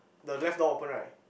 the left door open right